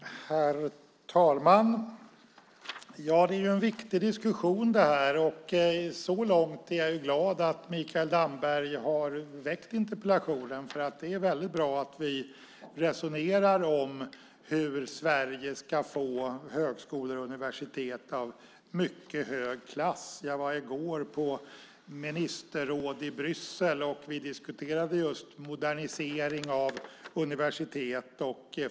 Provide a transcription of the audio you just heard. Herr talman! Detta är en viktig diskussion. Så långt är jag glad att Mikael Damberg har ställt interpellationen. Det är väldigt bra att vi resonerar om hur Sverige ska få högskolor och universitet av mycket hög klass. Jag var i går på ministerråd i Bryssel, och vi diskuterade just modernisering av universitet.